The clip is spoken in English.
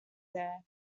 there